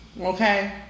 Okay